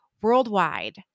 worldwide